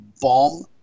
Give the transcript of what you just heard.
bomb